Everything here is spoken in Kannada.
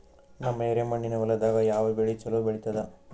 ನಮ್ಮ ಎರೆಮಣ್ಣಿನ ಹೊಲದಾಗ ಯಾವ ಬೆಳಿ ಚಲೋ ಬೆಳಿತದ?